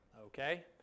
Okay